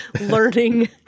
learning